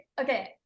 okay